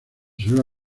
suele